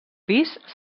pis